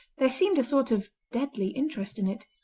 there seemed a sort of deadly interest in it,